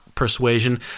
Persuasion